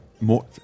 more